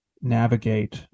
navigate